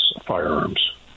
firearms